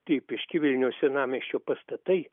tipiški vilniaus senamiesčio pastatai